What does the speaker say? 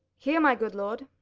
here, my good lord.